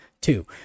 two